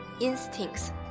instincts